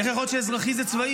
איך יכול להיות שאזרחי זה צבאי?